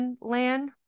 land